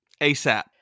ASAP